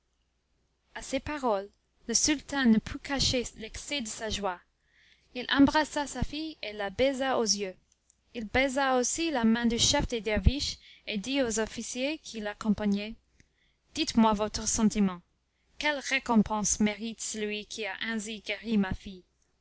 à ces paroles le sultan ne put cacher l'excès de sa joie il embrassa sa fille et la baisa aux yeux il baisa aussi la main du chef des derviches et dit aux officiers qui l'accompagnaient dites-moi votre sentiment quelle récompense mérite celui qui a ainsi guéri ma fille